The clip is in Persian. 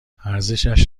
ارزشش